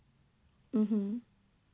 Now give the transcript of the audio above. mmhmm